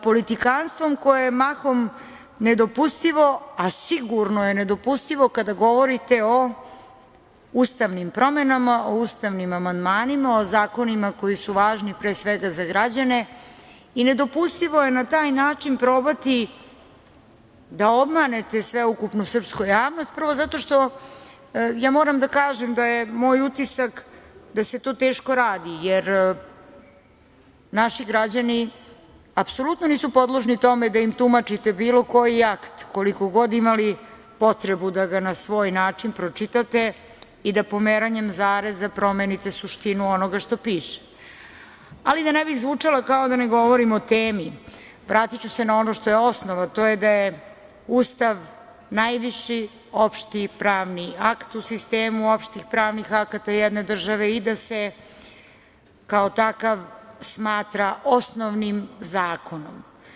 Politikanstvom koje je mahom nedopustivo, a sigurno je nedopustivo kada govorite o ustavnim promenama, o ustavnim amandmanima, o zakonima koji su važni, pre svega, za građane i nedopustivo je na taj način probati da obmanete sveukupnu srpsku javnost, prvo, zato što moram da kažem da je moj utisak da se to teško radi, jer naši građani apsolutno nisu podložni tome da im tumačite bilo koji akt, koliko god imali potrebu da ga na svoj način pročitate i da pomeranjem zareza promenite suštinu onoga što piše, ali da ne bih zvučala kao da ne govorimo o temi, vratiću se na ono što je osnov, a to je da je Ustav najviši opšti pravni akt u sistemu opštih pravnih akata jedne države i da se kao takav smatra osnovnim zakonom.